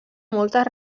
moltes